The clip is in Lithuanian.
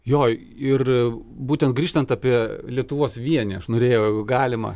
jo ir būtent grįžtant apie lietuvos vienį aš norėjau jeigu galima